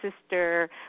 sister